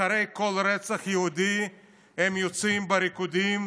אחרי כל רצח יהודי הם יוצאים בריקודים,